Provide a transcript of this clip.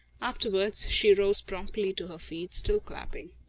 afterwards, she rose promptly to her feet, still clapping.